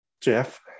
Jeff